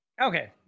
okay